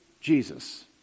Jesus